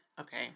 Okay